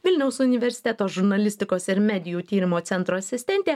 vilniaus universiteto žurnalistikos ir medijų tyrimo centro asistentė